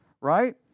right